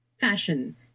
fashion